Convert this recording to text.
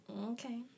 okay